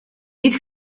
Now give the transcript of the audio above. niet